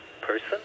person